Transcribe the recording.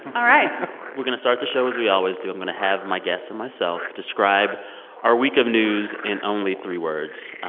all right we're going to start the show as we always do. i'm going to have my guests and myself describe our week of news in only three words.